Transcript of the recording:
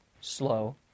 slow